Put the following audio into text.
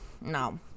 no